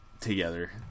together